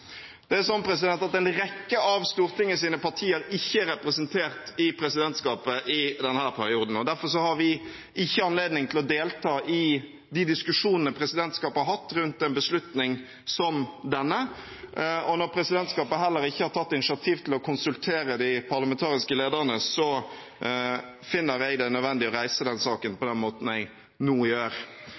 Det er sånn at en rekke av Stortingets partier ikke er representert i presidentskapet i denne perioden. Derfor har vi ikke anledning til å delta i de diskusjonene presidentskapet har hatt rundt en beslutning som denne, og når presidentskapet heller ikke har tatt initiativ til å konsultere de parlamentariske lederne, finner jeg det nødvendig å reise denne saken på den måten jeg nå gjør.